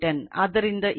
ಆದ್ದರಿಂದ ಇದು i1 113